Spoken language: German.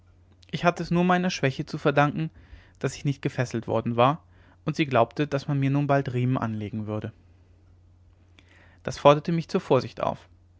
ich hatte es nur meiner schwäche zu verdanken daß ich nicht gefesselt worden war und sie glaubte daß man mir nun bald riemen anlegen werde das forderte mich zur vorsicht auf